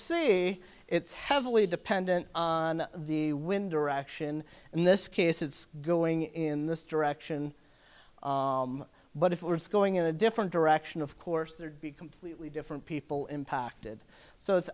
see it's heavily dependent on the wind direction and in this case it's going in this direction but if it was going in a different direction of course there'd be completely different people impacted so it's